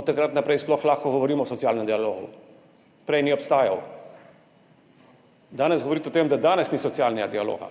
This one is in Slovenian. od takrat naprej sploh lahko govorimo o socialnem dialogu, prej ni obstajal. Danes govoriti o tem, da danes ni socialnega dialoga,